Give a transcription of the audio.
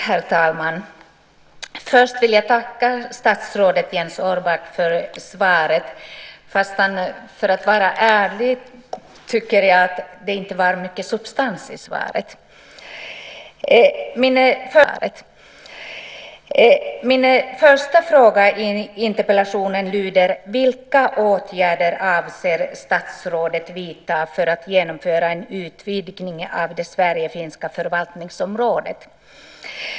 Herr talman! Först vill jag tacka statsrådet Jens Orback för svaret. Men för att vara ärlig tycker jag inte att det var mycket substans i det. Min första fråga i interpellationen lyder: Vilka åtgärder avser statsrådet att vidta för att genomföra en utvidgning av det sverigefinska förvaltningsområdet?